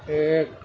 ایک